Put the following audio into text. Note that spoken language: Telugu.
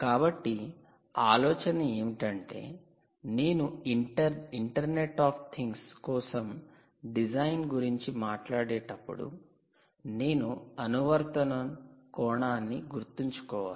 కాబట్టి ఆలోచన ఏమిటంటే నేను ఇంటర్నెట్ ఆఫ్ థింగ్స్ కోసం డిజైన్ గురించి మాట్లాడేటప్పుడు నేను అనువర్తనం కోణాన్ని గుర్తుంచుకోవాలి